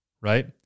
right